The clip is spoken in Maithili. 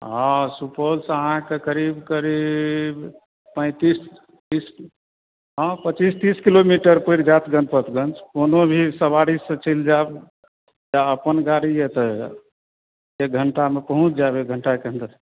हँ सुपौलसँ अहाँके करीब करीब पैँतिस तीस हँ पचीस तीस किलोमीटर पड़ि जाएत गणपतगञ्ज कोनो भी सवारीसँ चलि जाएब या अपन गाड़ी अइ तऽ एक घण्टामे पहुँच जाएब एक घण्टाके अन्दर